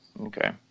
Okay